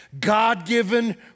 God-given